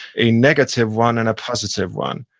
a negative one and a positive one.